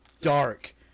dark